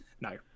No